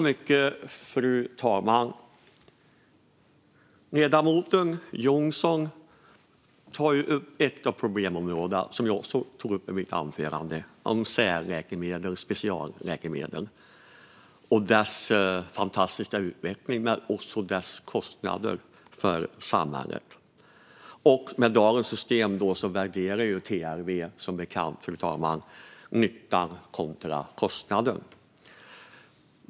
Fru talman! Ledamoten Jonsson tar upp ett av problemområdena som jag också tog upp i mitt anförande, nämligen det om särläkemedel, specialläkemedel, och deras fantastiska utveckling men också deras kostnader för samhället. Med dagens system värderar TLV som bekant, fru talman, nyttan kontra kostnaden.